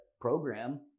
program